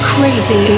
Crazy